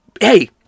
Hey